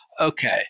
Okay